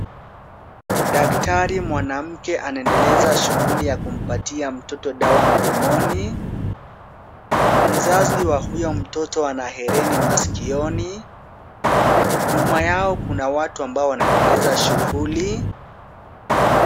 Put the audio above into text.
Daktari mwanamke anaendeleza shughuli za kumpatia mtoto dawa mdomoni, mzazi wa huyo mtoto ana hereni masikioni, nyuma yao kuna watu ambao wanaendeleza shughuli.